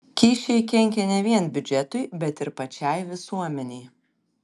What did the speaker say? kyšiai kenkia ne vien biudžetui bet ir pačiai visuomenei